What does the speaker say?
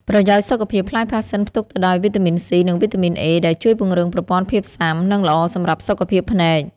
ប្រយោជន៍សុខភាព ផ្លែផាសសិនផ្ទុកទៅដោយ វីតាមីន សុី និង វីតាមីន អេ ដែលជួយពង្រឹងប្រព័ន្ធភាពស៊ាំ និងល្អសម្រាប់សុខភាពភ្នែក។